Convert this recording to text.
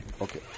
Okay